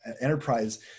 enterprise